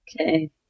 Okay